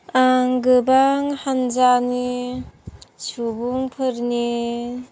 आं गोबां हान्जानि सुबुंफोरनि